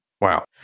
wow